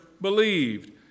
believed